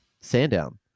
Sandown